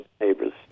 neighbors